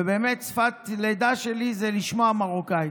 ושפת הלידה שלי זה לשמוע מרוקאית.